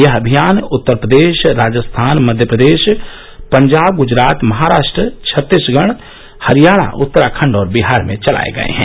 ये अभियान उत्तर प्रदेश राजस्थान मध्यप्रदेश पंजाब गुजरात महाराष्ट्र छत्तीसगढ हरियाणा उत्तराखंड और बिहार में चलाये गये हैं